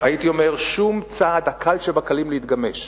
הייתי אומר, שום צעד הקל שבקלים להתגמש,